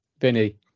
Vinny